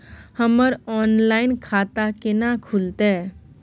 हमर ऑनलाइन खाता केना खुलते?